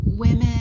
women